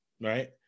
right